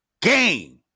Game